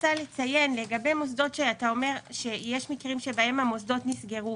לגבי מוסדות שאתה אומר שיש מקרים שבהם המוסדות נסגרו